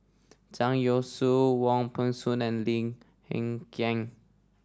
Zhang Youshuo Wong Peng Soon and Lim Hng Kiang